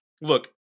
look